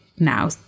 now